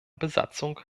besatzung